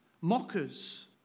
mockers